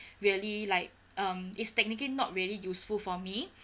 really like um is technically not really useful for me